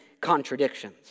contradictions